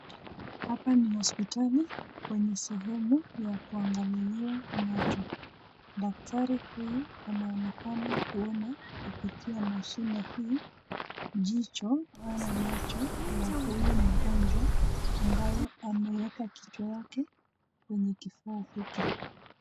Hapa ni hospitali kwenye sehemu ya kuangaliliwa macho, daktari huyu anaonekana kuona kupitia mashine hii jicho ama macho lenye huyu mgonjwa ambaye ameweka kichwa yake kwenye kifaa hiki.